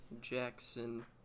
jackson